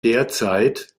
derzeit